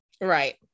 right